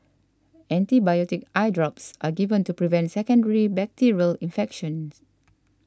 antibiotic eye drops are given to prevent secondary bacterial infection